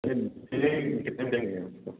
कितने में देंगे उसको